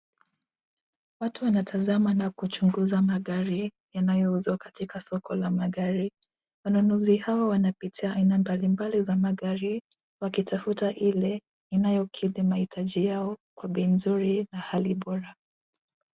Watu wanatazama na kuchunguza magari yanayouzwa katika soko la magari. Wanunuzi hawa wana picha aina mbalimbali za magari wakitafuta ile inayokidhi mahitaji yao kwa bei nzuri na hali bora.